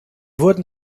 wurden